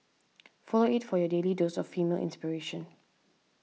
follow it for your daily dose of female inspiration